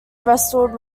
wrestled